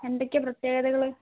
എന്തൊക്കെയാണ് പ്രത്യേകതകൾ